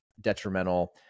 detrimental